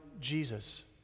Jesus